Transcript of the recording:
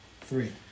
three